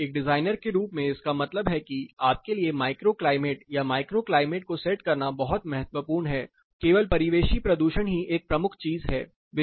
इसलिए एक डिजाइनर के रूप में इसका मतलब है कि आपके लिए माइक्रो क्लाइमेट या माइक्रो क्लाइमेट को सेट करना बहुत महत्वपूर्ण है केवल परिवेशी प्रदूषण ही एक प्रमुख चीज है